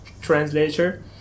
translator